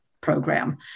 program